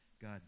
God